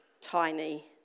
tiny